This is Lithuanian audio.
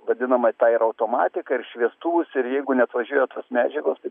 vadinamą tą ir automatiką ir šviestuvus ir jeigu neatvažiuoja tos medžiagos tai